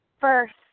first